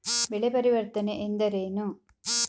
ಬೆಳೆ ಪರಿವರ್ತನೆ ಎಂದರೇನು?